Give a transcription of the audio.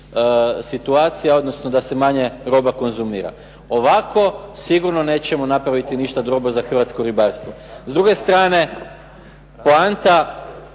situacija, odnosno da se manje roba konzumira. Ovako sigurno nećemo napraviti ništa dobro za hrvatsko ribarstvo. S druge strane poanta